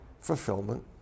fulfillment